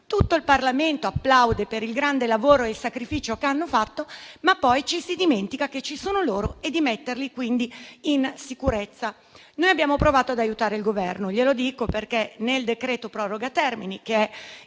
tutto il Parlamento applaude per il grande lavoro e il sacrificio che hanno fatto, salvo poi dimenticarsi che esistono e metterli quindi in sicurezza. Abbiamo provato ad aiutare il Governo e glielo dico perché nel decreto proroga termini in